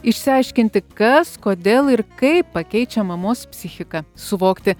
išsiaiškinti kas kodėl ir kaip pakeičia mamos psichiką suvokti